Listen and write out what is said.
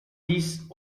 dix